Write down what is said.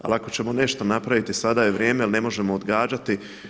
Ali ako ćemo nešto napraviti sada je vrijeme, jer ne možemo odgađati.